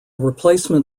replacement